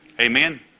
Amen